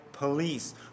Police